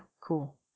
cool